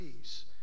peace